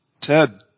Ted